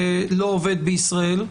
שלא עובד בישראל?